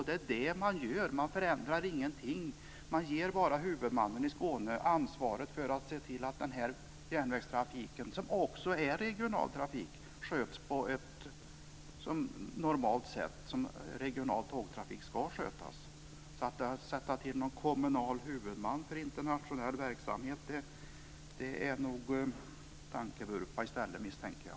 Det är det som man gör - man förändrar ingenting, utan man ger bara huvudmannen i Skåne ansvaret för att se till att den här järnvägstrafiken i Skåne, som också är regionaltrafik, sköts på ett sådant normalt sätt som regional tågtrafik ska skötas på. Så detta att sätta till någon kommunal huvudman för internationell verksamhet är nog en tankevurpa, misstänker jag.